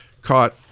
Caught